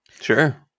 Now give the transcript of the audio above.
Sure